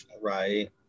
Right